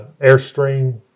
Airstream